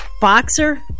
boxer